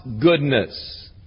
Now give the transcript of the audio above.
goodness